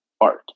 art